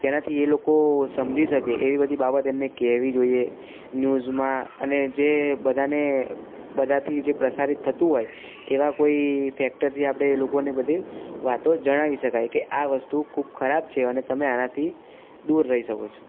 જેનાથી એ લોકો સમજી શકે એવી બધી બાબત એમને કહેવી જોઈએ ન્યૂઝમાં અને જે બધાને બધાથી જે પ્રસારિત થતું હોય એવા કોઈ ફેક્ટરથી આપણે એ લોકોની બધી વાતો જણાવી શકાય કે આ વસ્તુ ખૂબ ખરાબ છે અને તમે આનાથી દૂર રહી શકો છો